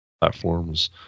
platforms